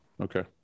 Okay